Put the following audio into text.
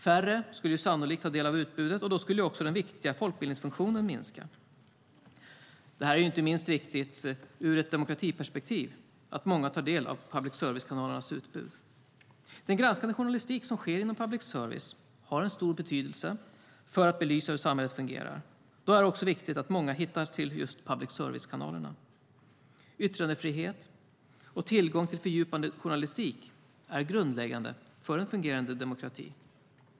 Färre skulle sannolikt ta del av utbudet, och då skulle också den viktiga folkbildningsfunktionen minska. Det är inte minst viktigt ur ett demokratiperspektiv att många tar del av public service-kanalernas utbud. Den granskande journalistik som sker inom public service har en stor betydelse för att belysa hur samhället fungerar. Då är det också viktigt att många hittar till just public service-kanalerna. Yttrandefrihet och tillgång till fördjupande journalistik är grundläggande för en fungerande demokrati.